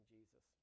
Jesus